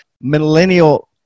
millennial